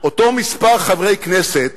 אותו מספר חברי כנסת